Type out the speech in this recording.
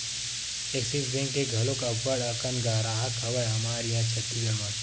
Axis bank के घलोक अब्बड़ अकन गराहक हवय हमर इहाँ छत्तीसगढ़ म